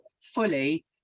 fully